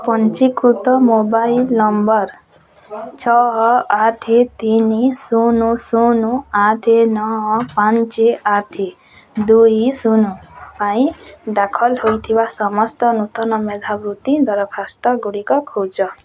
ପଞ୍ଜୀକୃତ mobile number ଛଅ ଆଠ ତିନି ଶୁନ ଶୁନ ଆଠ ନଅ ପାଞ୍ଚ ଆଠ ଦୁଇ ଶୁନ ପାଇଁ ଦାଖଲ ହୋଇଥିବା ସମସ୍ତ ନୂତନ ମେଧାବୃତ୍ତି ଦରଖାସ୍ତଗୁଡ଼ିକ ଖୋଜ